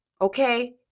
okay